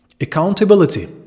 Accountability